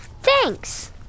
Thanks